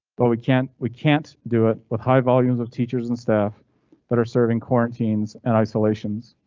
but we can't. we can't do it with high volumes of teachers and staff that are serving quarantines and isolations.